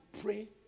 pray